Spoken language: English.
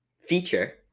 Feature